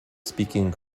speaking